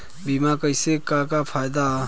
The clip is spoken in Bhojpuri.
बीमा कइले का का फायदा ह?